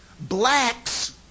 blacks